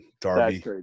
Darby